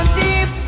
deep